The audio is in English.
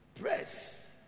Press